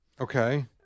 Okay